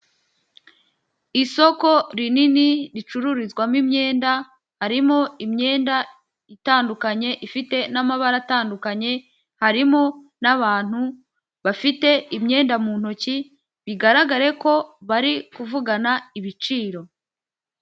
Isoko rinin ricururizwamo imyenda, harimo imyenda itandukanye, ifite n'amabara atandukanye, harimo n'abantu bafite imyenda mu ntoki, bigaragare ko bari kuvugana ibiciro.